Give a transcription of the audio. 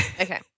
okay